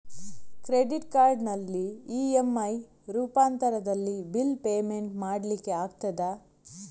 Credit ಕಾರ್ಡಿನಲ್ಲಿ EMI ರೂಪಾಂತರದಲ್ಲಿ bill payment ಮಾಡ್ಲಿಕ್ಕೆ ಆಗ್ತದ?